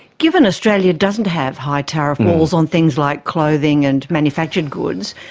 given australia doesn't have high tariff walls on things like clothing and manufactured goods,